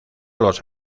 los